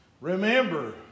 Remember